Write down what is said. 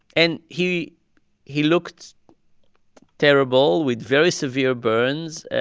and he he looked terrible, with very severe burns.